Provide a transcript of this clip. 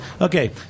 Okay